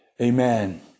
Amen